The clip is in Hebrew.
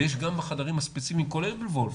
ויש גם בחדרים הספציפיים, כולל בוולפסון,